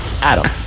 Adam